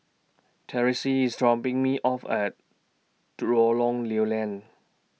Terese IS dropping Me off At Do Lorong Lew Lian